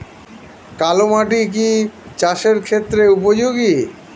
কালো মাটি কি চাষের ক্ষেত্রে উপযুক্ত?